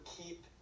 keep